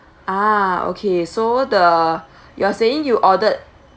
ah okay so the you're saying you ordered